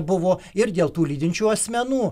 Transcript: buvo ir dėl tų lydinčių asmenų